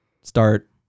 start